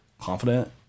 confident